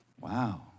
wow